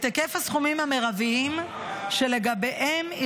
את היקף הסכומים המרביים שלגביהם היא